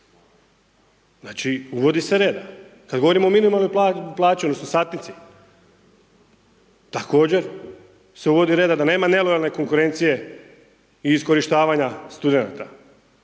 Znači, uvodi se reda. Kada govorimo o minimalnoj plaći odnosno satnici također se uvodi reda da nema nelojalne konkurencije i iskorištavanja studenata.